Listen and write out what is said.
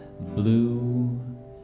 blue